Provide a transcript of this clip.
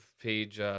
page